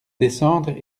descendre